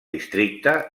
districte